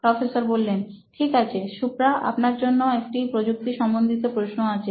professor ঠিক আছে সুপ্রা আপনার জন্য একটি প্রযুক্তির সম্বন্ধিত প্রশ্ন আছে